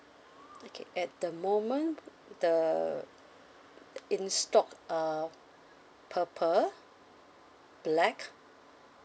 okay at the moment the in stock uh purple black